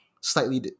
slightly